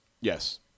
Yes